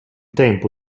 tempo